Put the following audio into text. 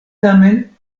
tamen